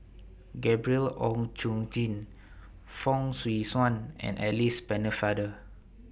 Gabriel Oon Chong Jin Fong Swee Suan and Alice Pennefather